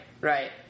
right